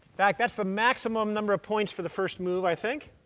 fact, that's the maximum number of points for the first move, i think